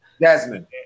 Jasmine